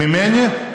ממני?